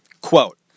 Quote